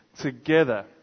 together